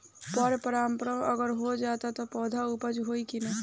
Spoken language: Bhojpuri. पर परागण अगर हो जाला त का पौधा उपज होई की ना?